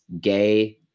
gay